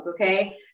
Okay